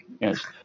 yes